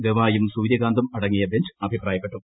ഗവായും സൂര്യകാന്തും അടങ്ങിയ ബഞ്ച് അഭിപ്രായപ്പെട്ടു